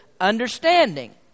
understanding